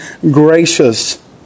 gracious